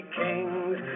kings